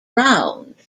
round